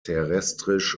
terrestrisch